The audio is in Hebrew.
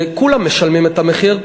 וכולם משלמים את המחיר,